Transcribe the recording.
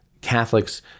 Catholics